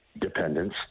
dependence